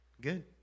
Good